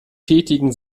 tätigen